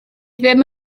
ddim